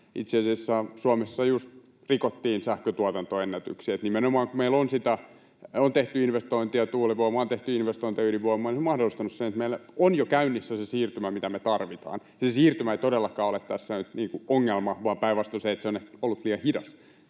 itse asiassa Suomessa just rikottiin sähköntuotantoennätyksiä, eli nimenomaan kun meillä on tehty investointeja tuulivoimaan, on tehty investointeja ydinvoimaan, niin se on mahdollistanut sen, että meillä on jo käynnissä se siirtymä, mitä me tarvitaan. Se siirtymä ei todellakaan ole tässä nyt ongelma vaan päinvastoin se, että se on ollut liian hidas.